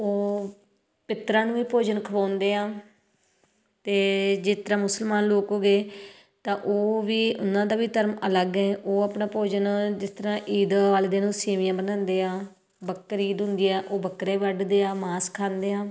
ਉਹ ਪਿੱਤਰਾਂ ਨੂੰ ਵੀ ਭੋਜਨ ਖਵਾਉਂਦੇ ਆ ਅਤੇ ਜਿਸ ਤਰ੍ਹਾਂ ਮੁਸਲਮਾਨ ਲੋਕ ਹੋ ਗਏ ਤਾਂ ਉਹ ਵੀ ਉਹਨਾਂ ਦਾ ਵੀ ਧਰਮ ਅਲੱਗ ਹੈ ਉਹ ਆਪਣਾ ਭੋਜਨ ਜਿਸ ਤਰ੍ਹਾਂ ਈਦ ਵਾਲੇ ਦਿਨ ਉਹ ਸੇਵੀਆਂ ਬਣਾਉਂਦੇ ਆ ਬਕਰੀਦ ਹੁੰਦੀ ਆ ਉਹ ਬੱਕਰੇ ਵੱਢਦੇ ਆ ਮਾਸ ਖਾਂਦੇ ਆ